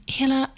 hela